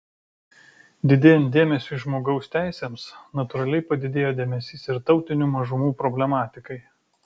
didėjant dėmesiui žmogaus teisėms natūraliai padidėjo dėmesys ir tautinių mažumų problematikai